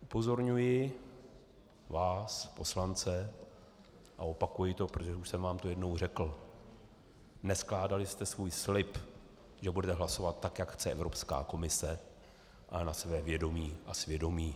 Upozorňuji vás, poslance, a opakuji to, protože už jsem vám to jednou řekl: Neskládali jste svůj slib, že budete hlasovat tak, jak chce Evropská komise, ale na své vědomí a svědomí.